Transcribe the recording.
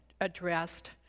addressed